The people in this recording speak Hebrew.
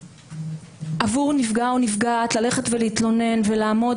עבור נפגע או נפגעת ללכת להתלונן ולעמוד